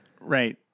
Right